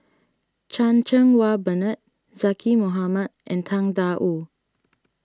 Chan Cheng Wah Bernard Zaqy Mohamad and Tang Da Wu